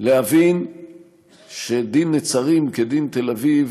להבין שדין נצרים כדין תל אביב